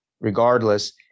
regardless